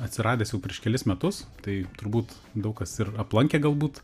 atsiradęs jau prieš kelis metus tai turbūt daug kas ir aplankė galbūt